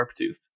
Sharptooth